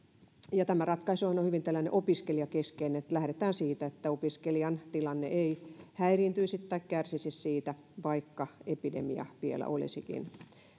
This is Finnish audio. tämä ratkaisuhan on tällainen hyvin opiskelijakeskeinen lähdetään siitä että opiskelijan tilanne ei häiriintyisi tai kärsisi siitä vaikka epidemia vielä olisikin